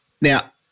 Now-